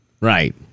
right